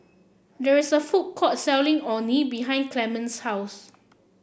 there is a food court selling Orh Nee behind Clemens' house